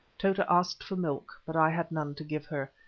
tota asked for milk, but i had none to give her.